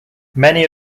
many